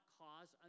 cause